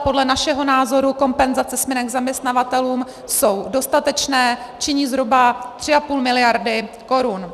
Podle našeho názoru kompenzace směrem k zaměstnavatelům jsou dostatečné, činí zhruba 3,5 mld. korun.